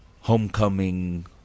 homecoming